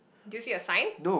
do you see a sign